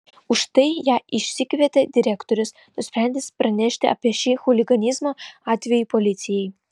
už tai ją išsikvietė direktorius nusprendęs pranešti apie šį chuliganizmo atvejį policijai